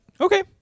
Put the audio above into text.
Okay